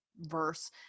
verse